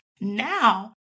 Now